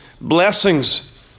blessings